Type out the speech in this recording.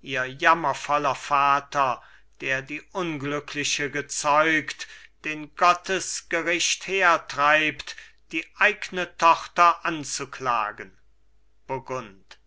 ihr jammervoller vater der die unglückliche gezeugt den gottes gericht hertreibt die eigne tochter anzuklagen burgund